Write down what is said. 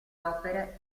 opere